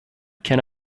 can